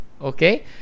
okay